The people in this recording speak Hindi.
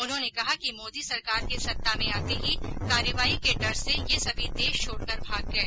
उन्होंने कहा कि मोदी सरकार के सत्ता में आते ही कार्रवाई के डर से ये सभी देश छोड़कर भाग गए